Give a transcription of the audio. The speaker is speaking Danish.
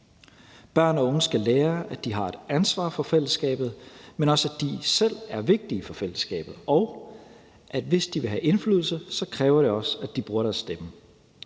Børn og unge skal lære, at de har et ansvar for fællesskabet, men også, at de selv er vigtige for fællesskabet, og at det, hvis de vil have indflydelse, også kræver, at de bruger deres stemme.